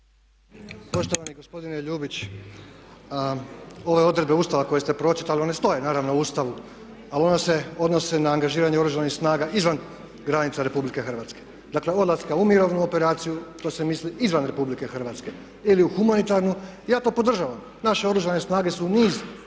Poštovani gospodine Ljubić ove odredbe Ustava koje ste pročitali one stoje naravno u Ustavu ali one se odnose na angažiranje Oružanih snaga izvan granica Republike Hrvatske. Dakle, odlaska u mirovnu operaciju, to se misli izvan Republike Hrvatske, ili u humanitarnu. Ja to podržavam. Naše Oružane snage su u niz